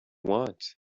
want